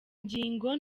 nyigo